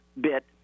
bit